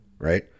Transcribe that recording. right